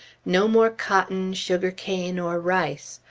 no more cotton, sugar-cane, or rice!